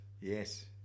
yes